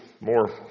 more